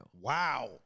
Wow